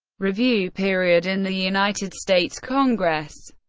review period in the united states congress